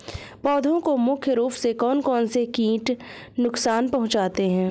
पौधों को प्रमुख रूप से कौन कौन से कीट नुकसान पहुंचाते हैं?